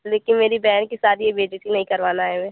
लेकिन मेरी बहन की शादी है बेइज्जती नहीं करवाना है हमें